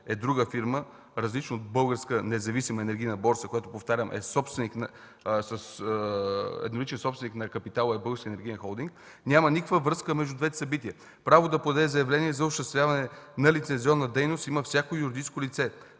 е друга фирма, различна от „Българска независима енергийна борса”, на която, повтарям, едноличен собственик на капитала е Българският енергиен холдинг. Няма никаква връзка между двете събития. Право да подаде заявление за осъществяване на лицензионна дейност има всяко юридическо лице.